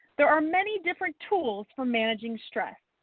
there are many different tools for managing stress.